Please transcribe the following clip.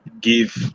give